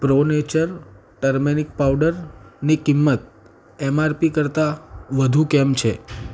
pro nature turmeric પાવડરની કિંમત MRP કરતાં વધુ કેમ છે